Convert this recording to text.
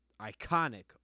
iconic